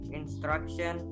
instruction